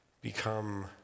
become